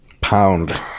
Pound